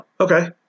okay